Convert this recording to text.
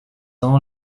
ans